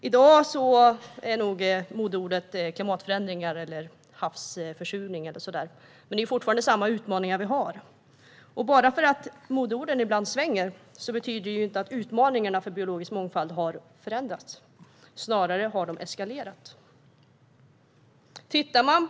I dag är nog modeordet "klimatförändringar" eller "havsförsurning". Vi har dock samma utmaningar. Bara för att modeorden ändras betyder det inte att utmaningarna för biologisk mångfald har förändrats. De har snarare eskalerat.